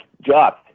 job